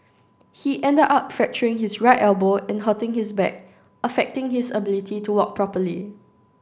he ended up fracturing his right elbow and hurting his back affecting his ability to walk properly